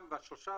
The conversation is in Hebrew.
גם ה-3.5%,